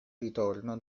ritorno